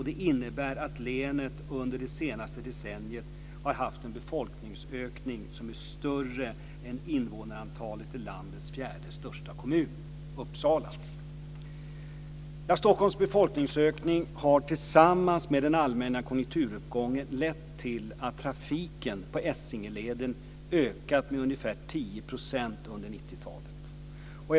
Det innebär att länet under det senaste decenniet har haft en befolkningsökning som är större än invånarantalet i landets fjärde största kommun, Stockholms befolkningsökning har tillsammans med den allmänna konjunkturuppgången lett till att trafiken på Essingeleden ökat med ungefär 10 % under 90-talet.